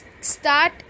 start